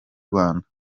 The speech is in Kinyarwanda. rwanda